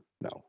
no